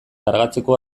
kargatzeko